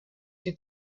die